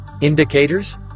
Indicators